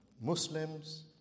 Muslims